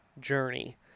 journey